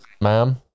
ma'am